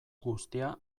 guztia